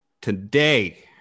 today